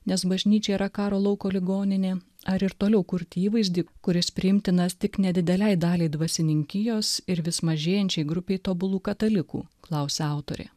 nes bažnyčia yra karo lauko ligoninė ar ir toliau kurti įvaizdį kuris priimtinas tik nedidelei daliai dvasininkijos ir vis mažėjančiai grupei tobulų katalikų klausia autorė